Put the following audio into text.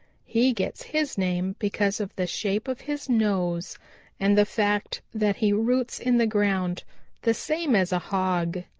he gets his name because of the shape of his nose and the fact that he roots in the ground the same as a hog.